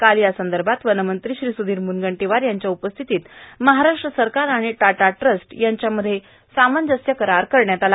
काल यासंदर्भात वनमंत्री श्री सुधीर मुनगंटीवार यांच्या उपस्थितीत महाराष्ट्र सरकार आणि टाटा ट्रस्ट यांच्यामध्ये सामंजस्य करार करण्यात आला